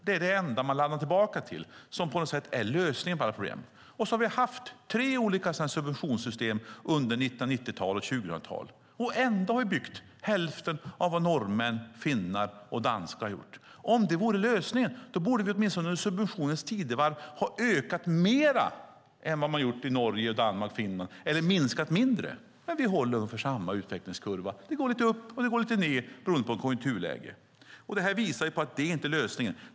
Det är det enda man kommer tillbaka till som på något sätt är lösningen på alla problem. Vi har haft tre olika sådana här subventionssystem under 1990 och 2000-tal. Ändå har vi byggt hälften av vad norrmän, finnar och danskar har gjort. Om det vore lösningen borde åtminstone subventionernas tidevarv ha ökat byggandet mer än i Norge, Danmark och Finland eller minskat mindre. Men vi håller ungefär samma utvecklingskurva. Den går lite upp och den går lite ned beroende på konjunkturläge. Det här visar ju på att det inte är lösningen.